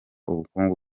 ubukungu